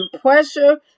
pressure